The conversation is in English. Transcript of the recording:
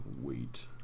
wait